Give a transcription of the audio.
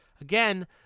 Again